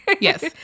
Yes